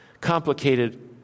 complicated